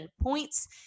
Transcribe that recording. points